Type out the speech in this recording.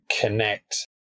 connect